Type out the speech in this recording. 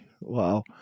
Wow